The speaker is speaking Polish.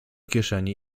kieszeni